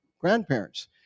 grandparents